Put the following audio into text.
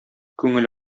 күңел